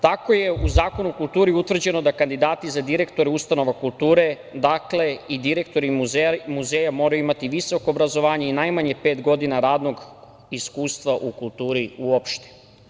Tako je u Zakonu o kulturi utvrđeno da kandidati za direktora ustanova kulture, dakle i direktori muzeja, moraju imati visoko obrazovanje i najmanje pet godina radnog iskustva u kulturi uopšte.